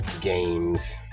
games